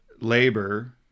labor